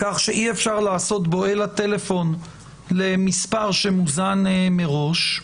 כך שאי-אפשר לעשות בו אלא טלפון למספר שמוזן מראש,